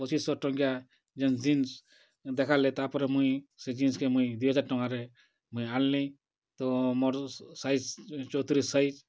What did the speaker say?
ପଚିଶଶହ ଟଙ୍କିଆ ଯେନ୍ ଜିନ୍ସ୍ ଦେଖାଲେ ତା'ପରେ ମୁଇଁ ସେ ଜିନ୍ସ୍ କେ ମୁଇଁ ଦୁଇ ହଜାର୍ ଟଙ୍କାରେ ମୁଇଁ ଆଣ୍ଲି ତ ମୋର୍ ସାଇଜ୍ ଚଉତିରିଶ୍ ସାଇଜ୍